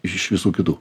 iš visų kitų